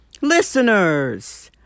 Listeners